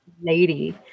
lady